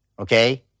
okay